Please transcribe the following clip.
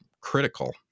critical